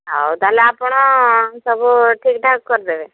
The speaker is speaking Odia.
ହଉ ତା'ହେଲେ ଆପଣ ସବୁ ଠିକ୍ଠାକ୍ କରିଦେବେ